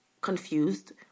confused